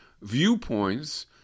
viewpoints